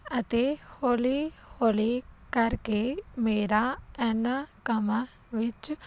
ਅਤੇ ਹੌਲੀ ਹੌਲੀ ਕਰਕੇ ਮੇਰਾ ਇਹਨਾਂ ਕੰਮਾਂ ਵਿੱਚ